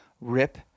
rip